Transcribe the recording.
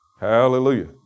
Hallelujah